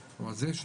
זה אני מבטיח לכם.